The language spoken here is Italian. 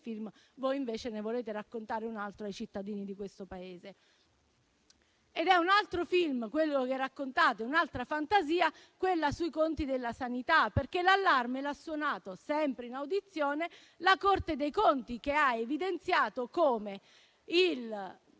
film, voi invece ne volete raccontare un altro ai cittadini di questo Paese. Un altro film che raccontate, un'altra fantasia è quella sui conti della sanità, perché l'allarme l'ha suonato, sempre in audizione, la Corte dei conti, che ha evidenziato come